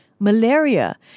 Malaria